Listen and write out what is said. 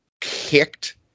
kicked